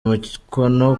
umukono